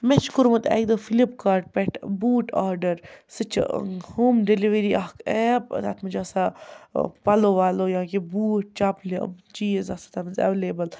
مےٚ چھِ کوٚرمُت اَکہِ دۄہ فِلِپکاٹ پٮ۪ٹھ بوٗٹ آرڈَر سُہ چھِ ہوم ڈِلؤری اَکھ ایپ تَتھ منٛز چھِ آسان پَلو وَلو یا کینٛہہ بوٗٹ چَپلہِ یِم چیٖز آسان تَتھ منٛز اٮ۪ولیبٕل